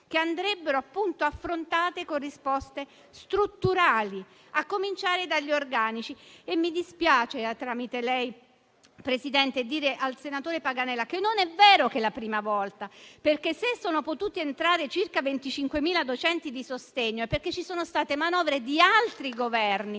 che andrebbero affrontate con risposte strutturali, a cominciare dagli organici. Mi dispiace dire al senatore Paganella, tramite lei, signor Presidente, che non è vero che è la prima volta: se sono potuti entrare circa 25.000 docenti di sostegno, è perché ci sono state manovre di altri Governi.